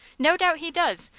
no doubt he does,